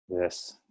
yes